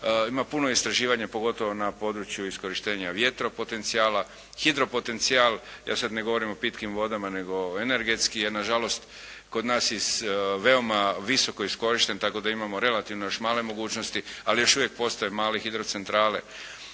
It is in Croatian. Ima puno istraživanja pogotovo na području iskorištenja vjetro potencijala. Hidropotencijal, ja sad ne govorim o pitkim vodama nego energetski, je nažalost kod nas veoma visoko iskorišten tako da imamo relativno još male mogućnosti, ali još uvijek postoje male hidrocentrale.